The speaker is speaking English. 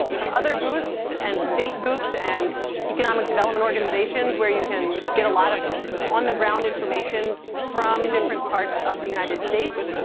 some other booths and state booths and economic development organizations, where you can get a lot of on the ground information from different parts of the united states,